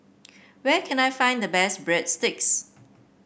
where can I find the best Breadsticks